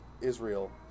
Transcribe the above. Israel